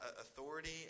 authority